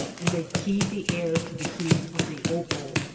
and they key the air to the hue of the opal.